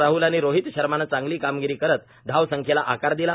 राहल आणि रोहित शर्मानं चांगली कामगिरी करत धाव संख्येला आकार दिला